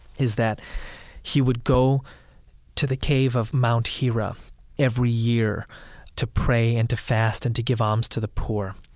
is that he would go to the cave of mount hira every year to pray and to fast and to give alms to the poor.